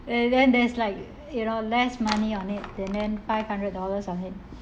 and then there's like you know less money on it and then five hundred dollars on it